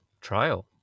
trial